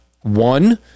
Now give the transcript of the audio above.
one